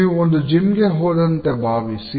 ನೀವು ಒಂದು ಜಿಮ್ ಗೆ ಹೋದಂತೆ ಭಾವಿಸಿ